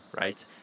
right